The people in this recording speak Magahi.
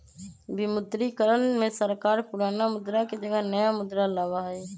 विमुद्रीकरण में सरकार पुराना मुद्रा के जगह नया मुद्रा लाबा हई